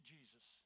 Jesus